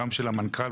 גם של המנכ"ל,